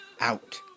out